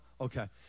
Okay